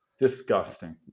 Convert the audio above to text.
Disgusting